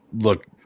look